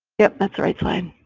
yup, that's the right time.